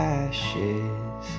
ashes